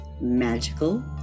magical